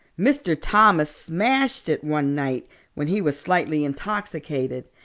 mr. thomas smashed it one night when he was slightly intoxicated.